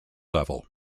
level